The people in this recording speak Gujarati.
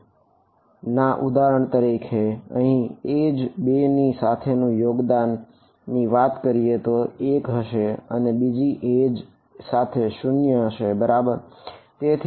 અને ના ઉદાહરણ તરીકે અહીં ફક્ત એજ સાથે 0 હશે બરાબર